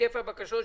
היקף הבקשות שהוגשו,